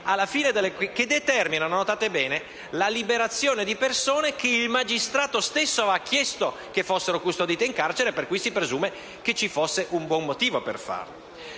dei termini, con la conseguente liberazione di persone che il magistrato stesso ha chiesto che fossero custodite in carcere, per cui si presume che ci fosse un buon motivo per farlo.